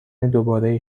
دوباره